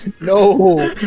No